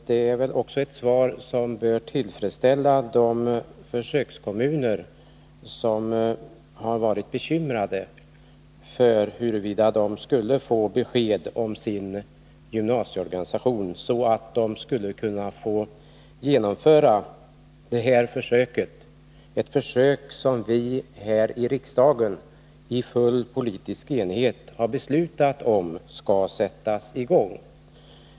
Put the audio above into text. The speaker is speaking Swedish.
Det är väl också ett svar som bör tillfredsställa de försökskommuner som har varit bekymrade för huruvida de skulle få besked om sin gymnasieorganisation, så att de skulle kunna genomföra detta försök — ett försök som vi här i riksdagen i full politisk enighet har beslutat skall sättas i gång.